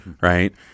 Right